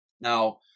now